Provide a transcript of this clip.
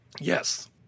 Yes